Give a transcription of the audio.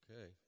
Okay